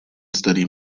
study